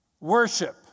Worship